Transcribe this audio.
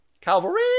Calvary